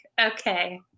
okay